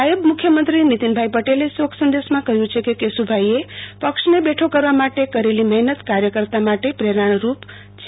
નાયબ મુખ્યમંત્રી નિતિનભાઈ પટેલે શોક સંદેશ માં કહ્યું છે કે કેશુભાઈ એ પક્ષ ને બેઠો કરવા માટે કરેલી મહેનત કાર્યકર્તા માટે પ્રેરણારૂપ છે